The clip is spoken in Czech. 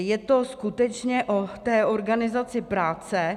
Je to skutečně o té organizaci práce.